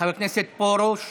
חבר הכנסת פרוש,